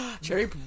Cherry